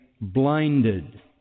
blinded